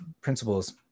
principles